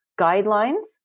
guidelines